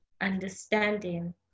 understanding